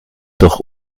durch